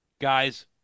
guys